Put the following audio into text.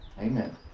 Amen